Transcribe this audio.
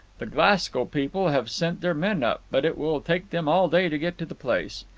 the glasgow people have sent their men up, but it will take them all day to get to the place.